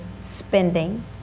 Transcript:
spending